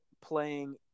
playing